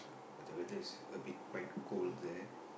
the weather is a bit quite cold there